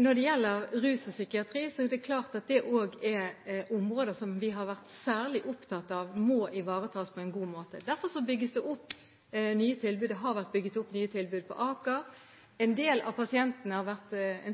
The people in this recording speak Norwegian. Når det gjelder rus og psykiatri, er det klart at det også er områder som vi har vært særlig opptatt av at må ivaretas på en god måte. Derfor bygges det opp nye tilbud. Det har vært bygget opp nye tilbud på Aker. En